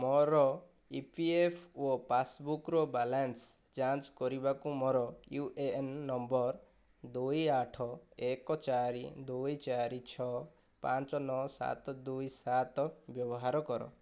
ମୋର ଇପିଏଫ୍ ଓ ପାସବୁକ୍ର ବାଲାନ୍ସ ଯାଞ୍ଚ କରିବାକୁ ମୋର ୟୁଏଏନ୍ ନମ୍ବର ଦୁଇ ଆଠ ଏକ ଚାରି ଦୁଇ ଚାରି ଛଅ ପାଞ୍ଚ ନଅ ସାତ ଦୁଇ ସାତ ବ୍ୟବହାର କର